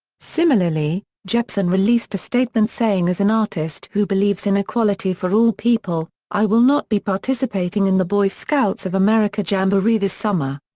similarly, jepsen released a statement saying as an artist who believes in equality for all people, i will not be participating in the boy scouts of america jamboree this summer.